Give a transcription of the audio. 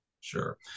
Sure